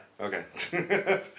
Okay